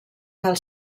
cal